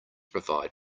provide